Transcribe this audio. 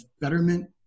betterment